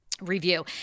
review